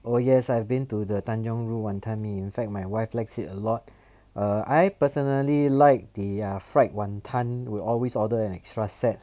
oh yes I've been to the tanjong rhu wanton mee in fact my wife likes it a lot err I personally like the fried wanton we'll always order an extra set